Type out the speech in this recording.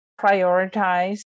prioritize